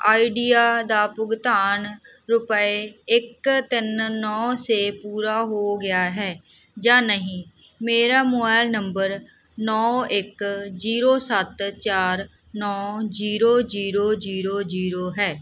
idea ਦਾ ਭੁਗਤਾਨ ਰੁਪਏ ਇੱਕ ਤਿੰਨ ਨੌਂ ਛੇ ਪੂਰਾ ਹੋ ਗਿਆ ਹੈ ਜਾਂ ਨਹੀਂ ਮੇਰਾ ਮੋਬਾਇਲ ਨੰਬਰ ਨੌਂ ਇੱਕ ਜੀਰੋ ਸੱਤ ਚਾਰ ਨੌਂ ਜੀਰੋ ਜੀਰੋ ਜੀਰੋ ਹੈ